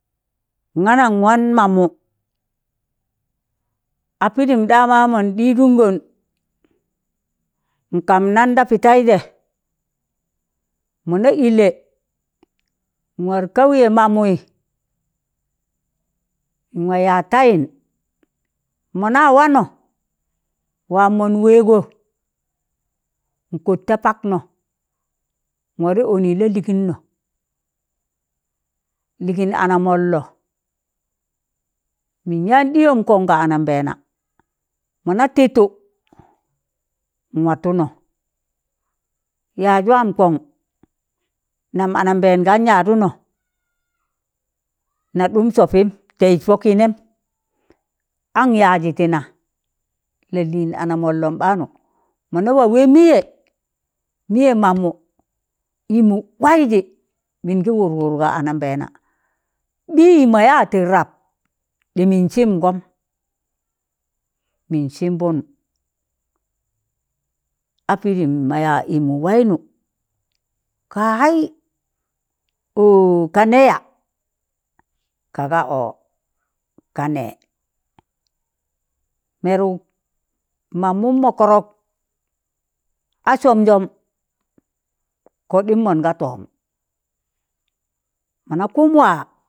Nga nan wan mamụ a pịdịm ɗama mọn ɗịdụngọn nkamnan da pịtẹịjẹ, mọna ịllẹ, nwar kauye mamụị nwaa yaaj tayịn, mọna wanọ, waa mọn wẹẹgọ, nkọt ta paknọ, awarẹ ọnị lalịgịnnọ, lịgịn ana mọlnọ, mịn yaan ɗịyọm kọn ka anambẹẹna, mọna tịtụ nwatụnọ, yaaz waaz waa mkọn nam anambẹẹn ka yadụnọ, na ɗụm sọpịm tayịs pọkị nẹm an yaazị tị na lalin anamọlnọm ɓaanụ mọna waa wẹẹ mịyẹ, mịyẹ mamụ ịmụ waịzị, mịngị wụr wụr ga anambẹẹna, ɓịị mọ yaa tịr rab ɗị mịn sịmgọm, mịn sịmbụn a pịdịm mọ yaa ịmụ waịnụ ka haị! ọọ ka nẹ yaa? ka ga ọọ ka nẹẹ, mẹrụk mamụm ma kọrọk a sọmzọm kọɗịm mọnga tọm, mọ na kụm waa,